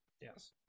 Yes